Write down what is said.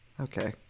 Okay